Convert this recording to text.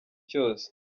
cyose